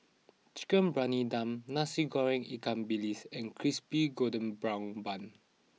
Chicken Briyani Dum Nasi Goreng Ikan Bilis and Crispy Golden Brown Bun